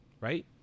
right